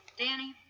Danny